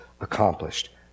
accomplished